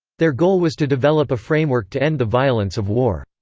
their goal was to develop a framework to end the violence of war.